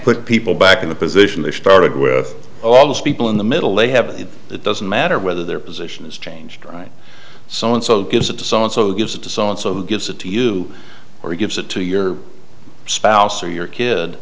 put people back in the position they started with all those people in the middle a have it doesn't matter whether their position is changed right so and so gives it to someone so gives it to so and so gives it to you or gives it to your spouse or your kid